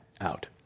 out